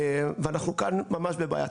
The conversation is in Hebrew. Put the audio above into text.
ואנחנו כאן ממש בבעיה.